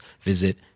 visit